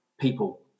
people